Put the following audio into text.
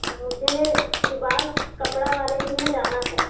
मुझे सुभाष कपड़े वाले के यहाँ जाना है